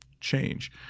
Change